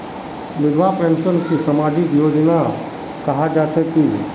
विधवा पेंशन की सामाजिक योजना जाहा की?